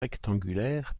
rectangulaire